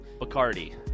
Bacardi